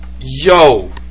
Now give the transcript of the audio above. yo